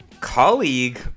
colleague